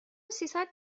سیصد